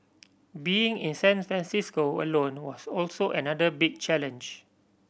being in San Francisco alone was also another big challenge